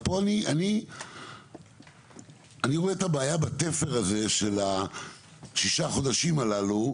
אז פה אני רואה את הבעיה בתפר הזה של הששה חודשים הללו,